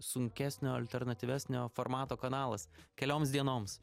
sunkesnio alternatyvesnio formato kanalas kelioms dienoms